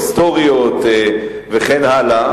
היסטוריות וכן הלאה,